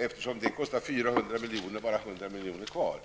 Eftersom sjukhuset kostar 400 milj.kr. blir det bara 100 milj.kr. kvar.